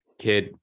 kid